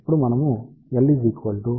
ఇప్పుడు మనము L 3